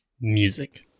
music